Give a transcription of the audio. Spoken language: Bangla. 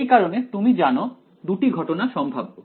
সেই কারণে তুমি জানো দুটি ঘটনা সম্ভাব্য